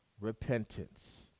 repentance